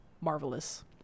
marvelous